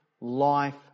life